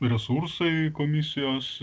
resursai komisijos